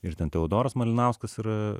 ir ten teodoras malinauskas yra